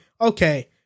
okay